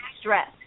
stress